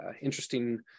interesting